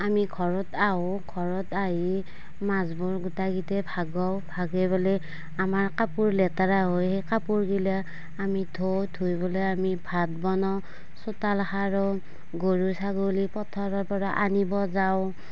আমি ঘৰত আহোঁ ঘৰত আহি মাছবোৰ গোটেই কেইটাই ভগাও ভগাই পেলাই আমাৰ কাপোৰ লেতেৰা হয় সেই কাপোৰ বিলাক আমি ধুওঁ ধুই পেলাই আমি ভাত বনাওঁ চোতাল সাৰোঁ গৰু ছাগলী পথাৰৰ পৰা আনিব যাওঁ